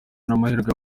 n’amahirwe